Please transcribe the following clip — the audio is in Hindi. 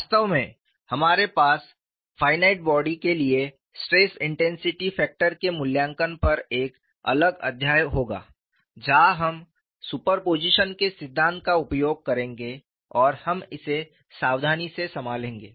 वास्तव में हमारे पास फायनाईट बॉडी के लिए स्ट्रेस इंटेंसिटी फैक्टर के मूल्यांकन पर एक अलग अध्याय होगा जहां हम सुपरपोजिशन के सिद्धांत का उपयोग करेंगे और हम इसे सावधानी से संभालेंगे